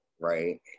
right